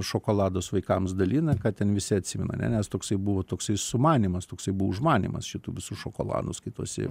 šokoladus vaikams dalina ką ten visi atsimena ane nes toksai buvo toksai sumanymas toksai buvo užmanymas šitų visų šokoladų skaitosi